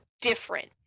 different